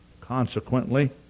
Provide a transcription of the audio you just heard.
Consequently